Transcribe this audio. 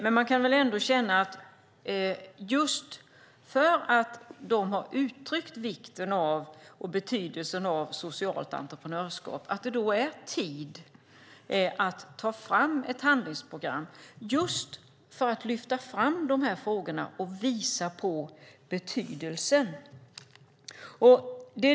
Men man kan ändå känna att just därför att de har uttryckt vikten och betydelsen av socialt entreprenörskap är det tid att ta fram ett handlingsprogram. Det handlar om att lyfta fram frågorna och visa på betydelsen av dem.